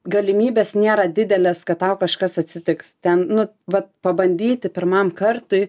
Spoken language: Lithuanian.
galimybės nėra didelės kad tau kažkas atsitiks ten nu va pabandyti pirmam kartui